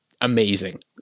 amazing